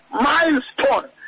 milestone